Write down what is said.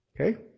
Okay